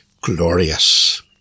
glorious